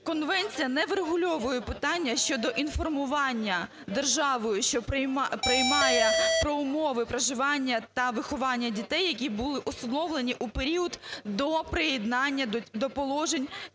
Конвенція не врегульовує питання щодо інформування державою, що приймає, про умови проживання та виховання дітей, які були усиновлені у період до приєднання до положень